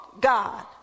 God